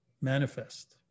manifest